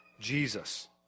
Jesus